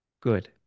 good